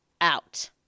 out